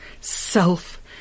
self